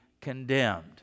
condemned